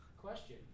Question